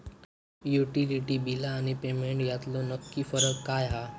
Utility बिला आणि payment यातलो नक्की फरक काय हा?